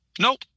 nope